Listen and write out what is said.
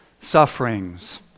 sufferings